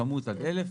בכמות של עד 1,000,